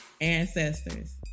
ancestors